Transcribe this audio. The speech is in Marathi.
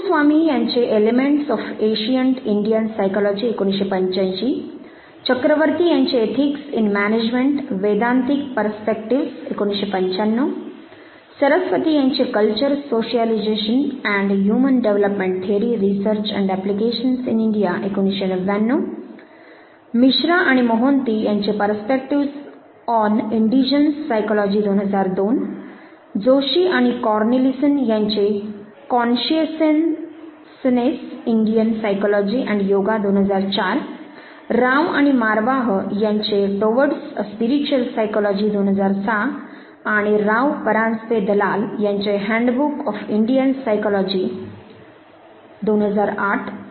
कप्पुस्वामी यांचे 'elements of ancient Indian psychology' 1985 Chakravarti यांचे 'ethics in management Vedantic perspectives' 1995Ethics in Management Vedantic perspectives Saraswati यांचे 'culture socialization and human development theory research and applications in India' 1999 Culture Socialization and Human Development Theory Research and Applications in India Mishra आणि मोहन्ती यांचे 'perspectives on indigenous psychology' 2002 Joshi आणि कॉर्नेलिसन यांचे 'consciousness Indian psychology and yoga' 2004 Rao आणि मारवाह यांचे 'टोवर्डस ए स्पिरीच्युअल सायकॉलॉजी' 2006 आणि राव परांजपे आणि Dalal Rao Parajpe and Dalal यांचे 'हँडबूक ऑफ इंडियन सायकॉलॉजी' 2008